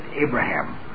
Abraham